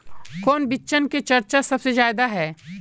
कौन बिचन के चर्चा सबसे ज्यादा है?